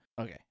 Okay